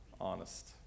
honest